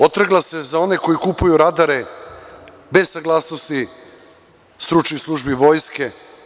Otrgla se za one koji kupuju radare bez saglasnosti stručnih službi Vojske.